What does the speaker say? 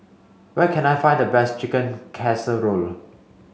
where can I find the best Chicken Casserole